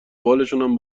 بالشونم